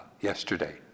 yesterday